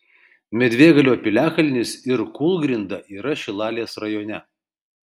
medvėgalio piliakalnis ir kūlgrinda yra šilalės rajone